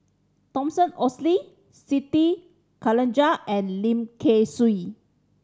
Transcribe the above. Thomas Oxley Siti Khalijah and Lim Kay Siu